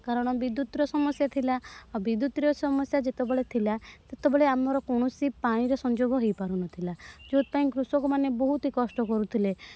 କାରଣ ବିଦ୍ୟୁତ୍ର ସମସ୍ୟା ଥିଲା ଆଉ ବିଦ୍ୟୁତ୍ର ସମସ୍ୟା ଯେତେବେଳେ ଥିଲା ସେତେବେଳେ ଆମର କୌଣସି ପାଣିର ସଂଯୋଗ ହୋଇପାରୁ ନଥିଲା ଯେଉଁଥି ପାଇଁ କୃଷକ ମାନେ ବହୁତ କଷ୍ଟ କରୁଥିଲେ